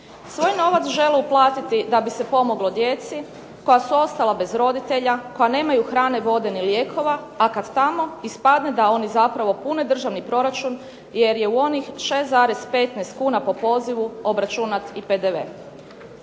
Svoj novac žele uplatiti da bi se pomoglo djeci koja su ostala bez roditelja, koja nemaju hrane, vode ni lijeka, a kad tamo ispadne da oni zapravo pune državni proračun jer je u onih 6,15 kuna po pozivu obračunat i PDV.